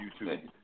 YouTube